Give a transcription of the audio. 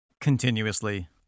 continuously